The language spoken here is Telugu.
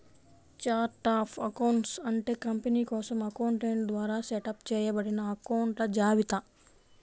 ఛార్ట్ ఆఫ్ అకౌంట్స్ అంటే కంపెనీ కోసం అకౌంటెంట్ ద్వారా సెటప్ చేయబడిన అకొంట్ల జాబితా